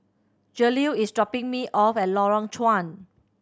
Jaleel is dropping me off at Lorong Chuan